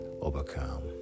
overcome